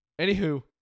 Anywho